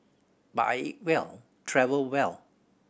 but I eat well travel well